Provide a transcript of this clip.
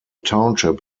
township